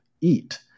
eat